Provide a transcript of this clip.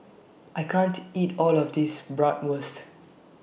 I can't eat All of This Bratwurst